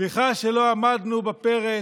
סליחה שלא עמדנו בפרץ.